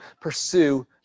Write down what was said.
pursue